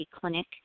Clinic